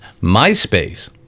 MySpace